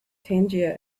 tangier